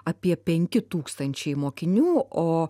apie penki tūkstančiai mokinių o